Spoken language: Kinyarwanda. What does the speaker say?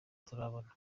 turabona